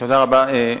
תודה רבה.